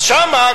אז שם,